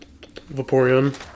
Vaporeon